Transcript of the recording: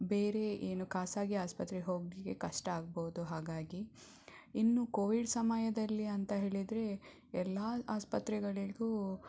ಬೇರೆ ಏನು ಖಾಸಗಿ ಆಸ್ಪತ್ರೆಗೆ ಹೋಗ್ಲಿಕ್ಕೆ ಕಷ್ಟ ಆಗ್ಬೌದು ಹಾಗಾಗಿ ಇನ್ನು ಕೋವಿಡ್ ಸಮಯದಲ್ಲಿ ಅಂತ ಹೇಳಿದರೆ ಎಲ್ಲ ಆಸ್ಪತ್ರೆಗಳಿಗೂ